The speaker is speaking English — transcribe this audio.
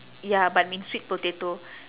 ya but in sweet potato